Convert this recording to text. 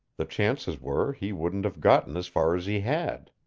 the chances were he wouldn't have gotten as far as he had.